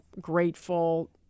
grateful